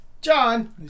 John